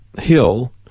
hill